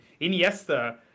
Iniesta